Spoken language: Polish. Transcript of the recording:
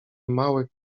mały